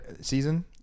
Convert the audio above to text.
season